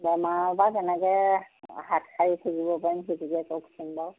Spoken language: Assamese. বেমাৰৰ পৰা কেনেকে হাত সাৰি থাকিব পাৰিম সেইটোকে কওকচোন বাৰু